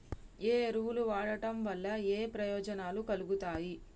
ఏ ఎరువులు వాడటం వల్ల ఏయే ప్రయోజనాలు కలుగుతయి?